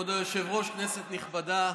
כבוד היושב-ראש, כנסת נכבדה,